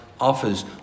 offers